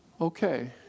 okay